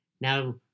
Now